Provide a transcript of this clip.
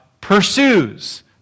pursues